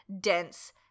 dense